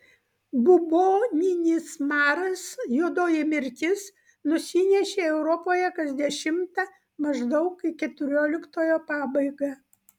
buboninis maras juodoji mirtis nusinešė europoje kas dešimtą maždaug į keturioliktojo pabaigą